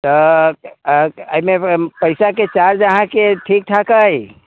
तऽ एहिमे पाइसाके चार्ज अहाँके ठीक ठाक अइ